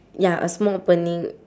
ya a small opening